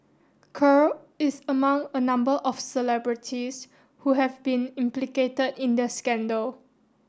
Kerr is among a number of celebrities who have been implicated in the scandal